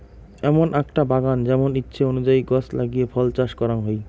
এমন আকটা বাগান যেমন ইচ্ছে অনুযায়ী গছ লাগিয়ে ফল চাষ করাং হই